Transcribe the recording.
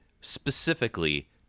specifically